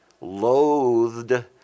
loathed